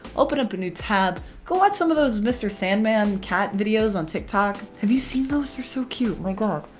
open up a new tab go watch some of those mr. sandman cat videos on tiktok. have you seen those? they're so cute! like omg!